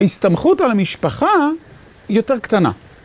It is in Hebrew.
הסתמכות על המשפחה היא יותר קטנה.